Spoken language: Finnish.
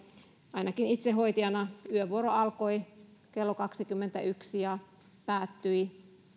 ainakin itselläni hoitajana yövuoro alkoi kello kaksikymmentäyksi ja päättyi